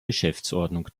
geschäftsordnung